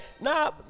nah